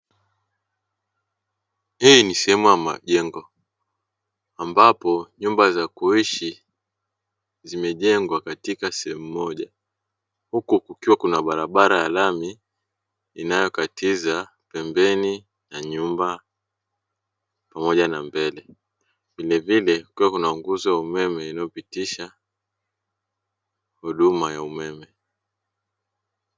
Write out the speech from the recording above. Hii ni sehemu ya majengo ambapo nyumba za kuishi zimejengwa katika sehemu moja huku kukiwa na barabara ya lami inayokatiza pembeni ya nyumba pamoja na mbelle; vilevile kukiwa kuna nguzo ya umeme inayopitisha huduma ya umeme.